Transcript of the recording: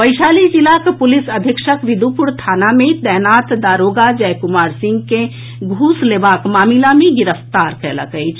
वैशाली जिलाक पुलिस अधीक्षक बिदुपुर थाना मे तैनात दारोगा जय कुमार सिंह के घूस लेबाक मामिला मे गिरफ्तार कएलक अछि